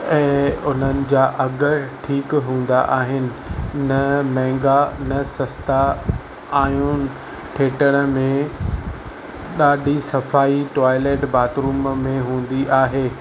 ऐं हुननि जा अघ ठीकु हूंदा आहिनि न महांगा न सस्ता आहियुनि थिएटर में ॾाढी सफ़ाई टॉयलेट बाथरूम में हूंदी आहे